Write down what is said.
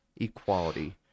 equality